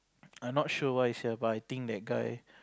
I not sure why sia but I think that guy